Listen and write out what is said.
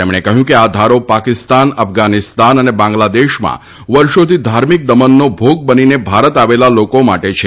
તેમણે કહ્યું કે આ ધારો પાકિસ્તાન અફઘાનિસ્તાન અને બાંગ્લાદેશમાં વર્ષોથી ધાર્મિક દમનનો ભોગ બનીને ભારત આવેલા લોકો માટે છે